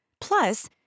Plus